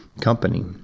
company